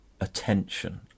attention